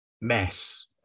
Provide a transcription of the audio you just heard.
mess